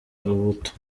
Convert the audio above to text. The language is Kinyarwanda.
rubuto